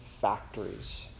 factories